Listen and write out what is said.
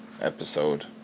episode